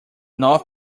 north